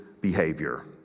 behavior